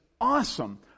awesome